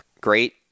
great